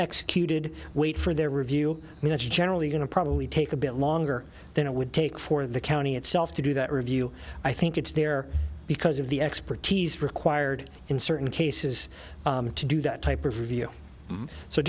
executed wait for their review and it's generally going to probably take a bit longer than it would take for the county itself to do that review i think it's there because of the expertise required in certain cases to do that type of review